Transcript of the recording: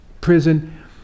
prison